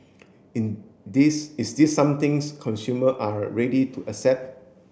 in this is this somethings consumer are ready to accept